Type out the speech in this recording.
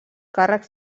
càrrecs